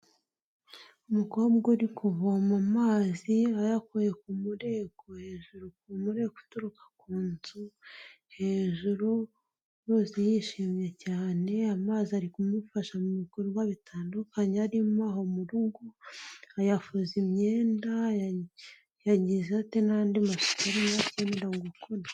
Umukobwa uri kuvoma amazi ayakuye ku mureko hejuru kumureko uturuka ku nzu hejuru, uruzi yishimye cyane amazi ari kumufasha mu bikorwa bitandukanye arimo aho mu rugo, yafuza imyenda yagize ate n'andi masiuku arimo akenera gukora.